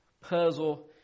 puzzle